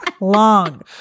long